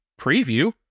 preview